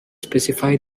specify